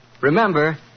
Remember